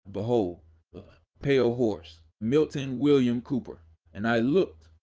behold a pale horse milton william cooper and i looked,